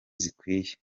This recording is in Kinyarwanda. zikwiye